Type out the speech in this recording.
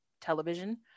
television